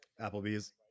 Applebee's